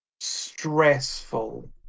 stressful